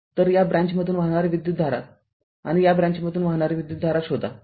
तर या ब्रँच मधून वाहणारी विद्युतधारा आणि या ब्रँचमधील वाहणारी विद्युतधारा शोधा